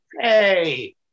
hey